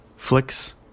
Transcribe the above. Flicks